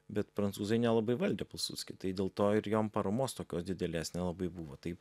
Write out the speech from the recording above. bet prancūzai nelabai valdė pilsudskį tai dėl to ir jom paramos tokios didelės nelabai buvo tai